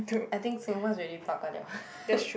I think Singapore is really bao ka liao